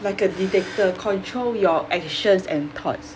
like a dictator control your actions and thoughts